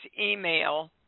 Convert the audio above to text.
email